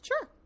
Sure